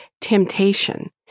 temptation